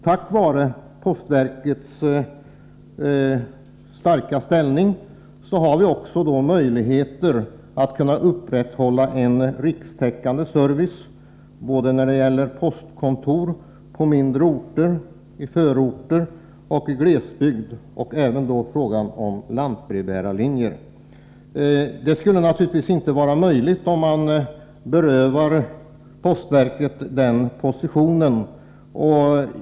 Tack vare postverkets starka ställning har vi möjlighet att upprätthålla en rikstäckande service såväl när det gäller postkontor på mindre orter och i förorter som i glesbygder och även när det gäller lantbrevbärarlinjer. Det skulle naturligtvis inte vara möjligt, om man berövade postverket dess position.